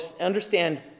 understand